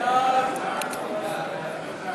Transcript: חוק איסור